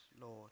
Lord